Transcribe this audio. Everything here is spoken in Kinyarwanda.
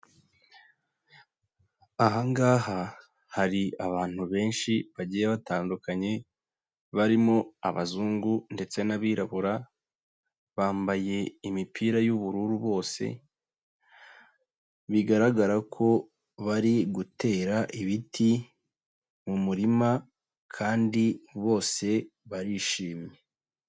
Aha ngaha, hari abantu benshi bagiye batandukanye, barimo abazungu ndetse n'abirabura, bambaye imipira y'ubururu bose, bigaragara ko bari gutera ibiti mu murima kandi bose barishimye.